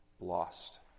lost